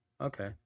Okay